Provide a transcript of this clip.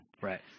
Right